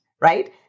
right